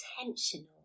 intentional